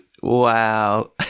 Wow